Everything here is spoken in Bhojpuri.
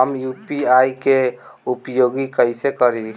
हम यू.पी.आई के उपयोग कइसे करी?